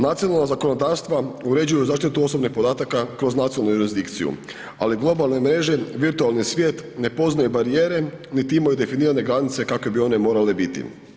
Nacionalna zakonodavstva uređuju zaštitu osobnih podataka kroz nacionalnu jurisdikciju, ali globalne mreže, virtualni svijet ne poznaju barijere niti imaju definirane granice kakve bi one morale biti.